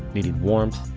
needing warmth,